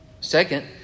Second